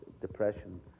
depression